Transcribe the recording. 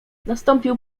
nastąpił